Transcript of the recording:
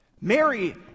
Mary